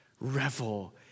Revel